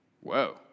Whoa